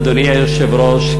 אדוני היושב-ראש,